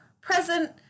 present